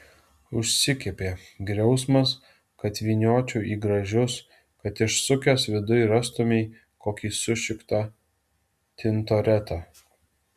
užsikepė griausmas kad vyniočiau į gražius kad išsukęs viduj rastumei kokį sušiktą tintoretą